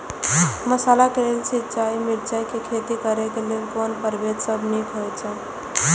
मसाला के लेल मिरचाई के खेती करे क लेल कोन परभेद सब निक होयत अछि?